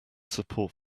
support